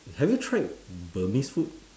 have you tried burmese food